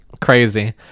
crazy